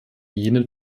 jene